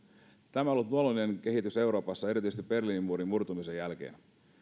tämä on ollut luonnollinen kehitys euroopassa erityisesti berliinin muurin murtumisen jälkeen